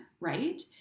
right